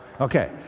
Okay